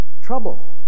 trouble